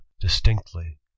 distinctly